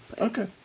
okay